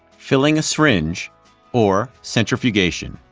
filling a syringe or centrifugation.